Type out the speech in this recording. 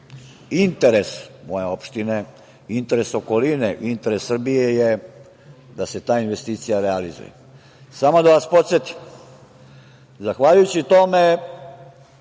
moje opštine, interes okoline, interes Srbije je da se ta investicija realizuje. Samo da vas podsetim. Zahvaljujući tome